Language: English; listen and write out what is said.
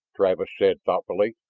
travis said thoughtfully.